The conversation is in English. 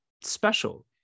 special